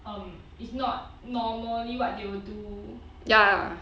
um it's not normally what they'll do ya